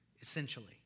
essentially